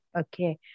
Okay